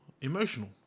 emotional